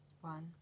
One